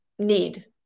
Need